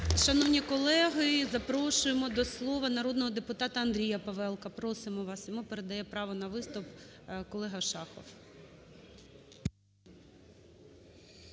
Шановні колеги, запрошуємо до слова народного депутата Андрія Павелка. Просимо вас. Йому передає право на виступ колега Шахов.